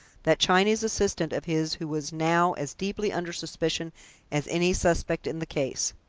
that chinese assistant of his who was now as deeply under suspicion as any suspect in the case.